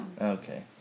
Okay